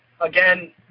Again